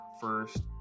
first